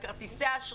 את כרטיסי האשראי,